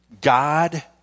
God